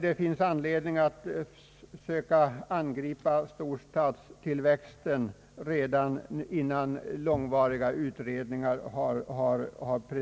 Det finns anledning att söka angripa problemet med storstadstillväxten.